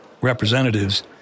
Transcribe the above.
representatives